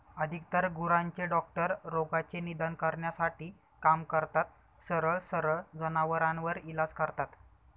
अधिकतर गुरांचे डॉक्टर रोगाचे निदान करण्यासाठी काम करतात, सरळ सरळ जनावरांवर इलाज करता